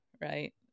right